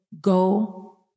go